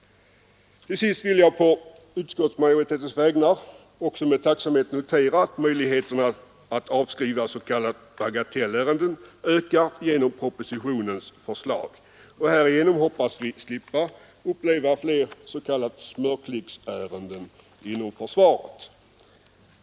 Till sist vill jag på utskottsmajoritetens vägnar med tacksamhet notera att möjligheterna att avskriva s.k. bagatellärenden ökar genom propositionens förslag. Härigenom hoppas vi slippa uppleva dessa s.k. ”smörklicksärenden” inom försvaret.